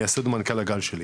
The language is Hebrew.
מייסד הגל שלי,